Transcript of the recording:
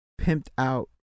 pimped-out